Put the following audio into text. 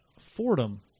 Fordham